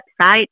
website